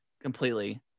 completely